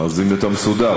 אז אתה מסודר,